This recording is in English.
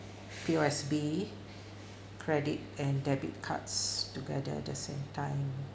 P_O_S_B credit and debit cards together at the same time